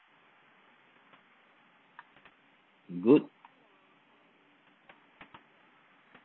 good